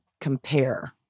compare